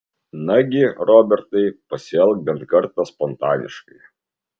nagi robertai pasielk bent kartą spontaniškai